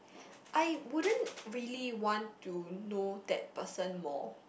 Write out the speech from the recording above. I wouldn't really want to know that person more